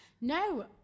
No